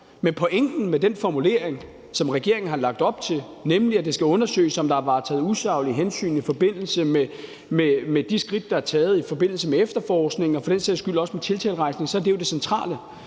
i pointen med den formulering, som regeringen har lagt op til, nemlig at det skal undersøges, om der er varetaget usaglige hensyn i forbindelse med de skridt, der er taget i forbindelse med efterforskningen og for den sags skyld også en tiltalerejsning. For så ville det